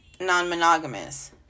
non-monogamous